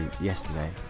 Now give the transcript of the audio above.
yesterday